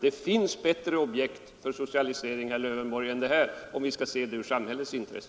Det finns bättre objekt för socialisering, herr Lövenborg, än det här, om vi skall se det ur samhällets intresse.